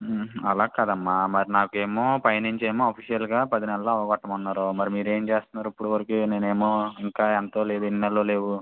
అలా కాదమ్మా మరి నాకేమో పైనుంచి ఏమో అఫిషియల్గా పది నెలల్లో అవగొట్టమన్నారు మరి మీరేం చేస్తున్నారు ఇప్పటివరకు నేను ఏమో ఇంకా ఎంతో లేదు ఎన్ని నెలలో లేవు